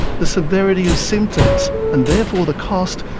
the severity of symptoms, and therefore the cost,